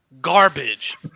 garbage